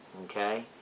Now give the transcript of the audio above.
okay